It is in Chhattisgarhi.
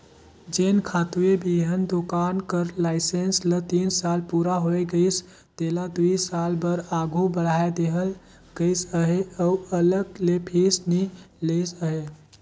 जेन खातूए बीहन दोकान कर लाइसेंस ल तीन साल पूरा होए गइस तेला दुई साल बर आघु बढ़ाए देहल गइस अहे अउ अलग ले फीस नी लेहिस अहे